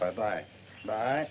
bye bye bye